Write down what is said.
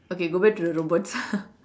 okay go back to the robots